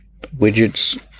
widgets